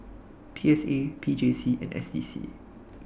P S A P J C and S D C